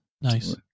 nice